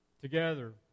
Together